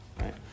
right